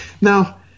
Now